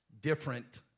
different